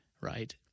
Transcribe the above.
right